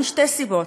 משתי סיבות: